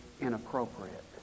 inappropriate